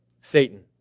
Satan